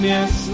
Yes